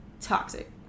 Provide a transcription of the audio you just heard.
toxic